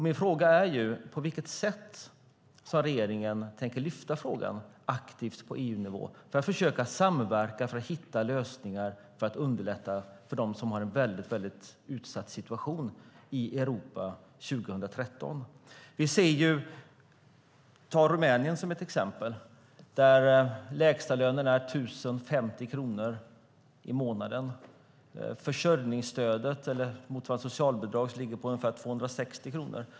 Min fråga är: På vilket sätt tänker regeringen aktivt lyfta upp frågan på EU-nivå för att försöka samverka för att hitta lösningar för att underlätta för dem som har en mycket utsatt situation i Europa 2013? Vi kan ta Rumänien som exempel. Där är lägstalönen 1 050 kronor i månaden, och försörjningsstödet, motsvarande socialbidraget, ligger på ungefär 260 kronor.